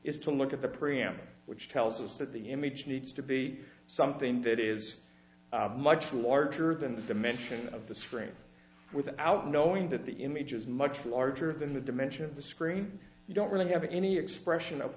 is to look at the preamble which tells us that the image needs to be something that is much larger than the dimension of the screen without knowing that the image is much larger than the dimension of the screen you don't really have any expression of